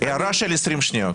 הערה של 20 שניות.